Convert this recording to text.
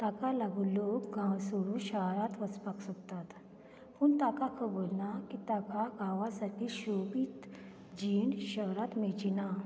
ताका लागून लोक गांव सोडून शहरांत वचपाक सोदतात पूण ताका खबर ना की ताका गांवा सारकी सोबीत जीण शहरांत मेळची ना